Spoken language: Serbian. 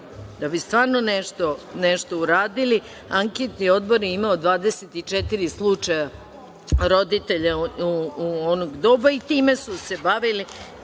da bi stvarno nešto uradili. Anketni odbor je imao 24 slučaja roditelja onog doba i time su se bavili.